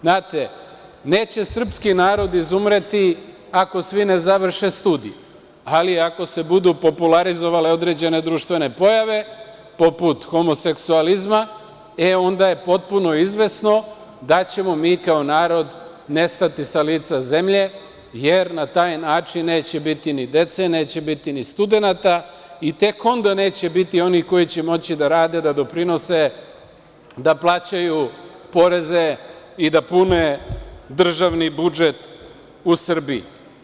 Znate, neće srpski narod izumreti ako svi ne završe studije, ali ako se budu popularizovale određene društvene pojave, poput homoseksualizma, e, onda je potpuno izvesno da ćemo mi kao narod nestati sa lica Zemlje, jer na taj način neće biti ni dece, neće biti ni studenata i tek onda neće biti onih koji će moći da rade, da doprinose, da plaćaju poreze i da pune državni budžet u Srbiji.